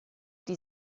die